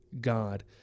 God